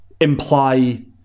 imply